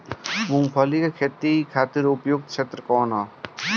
मूँगफली के खेती खातिर उपयुक्त क्षेत्र कौन वा?